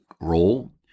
role